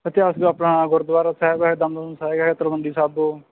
ਇਤਿਹਾਸਿਕ ਆਪਣਾ ਗੁਰਦੁਆਰਾ ਸਾਹਿਬ ਹੈ ਦਮਦਮਾ ਸਾਹਿਬ ਹੈ ਤਲਵੰਡੀ ਸਾਬੋ